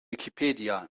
wikipedia